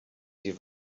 die